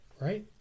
Right